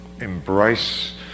embrace